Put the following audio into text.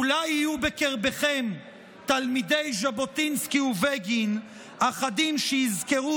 אולי יהיו בקרבכם תלמידי ז'בוטינסקי ובגין אחדים שיזכרו